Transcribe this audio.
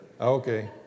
Okay